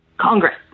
Congress